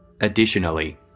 Additionally